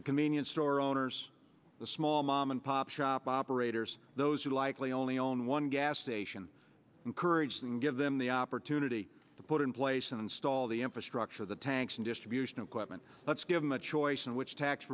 the convenience store owners the small mom and pop shop operators those who likely only own one gas station encouraged and give them the opportunity to put in place and install the infrastructure the tanks and distribution equipment let's give them a choice in which tax